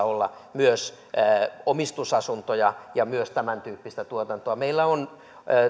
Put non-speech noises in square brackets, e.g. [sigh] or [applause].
[unintelligible] olla myös omistusasuntoja ja myös tämäntyyppistä tuotantoa meillä on